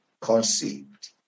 conceived